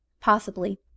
Possibly